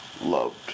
loved